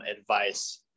advice